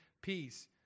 peace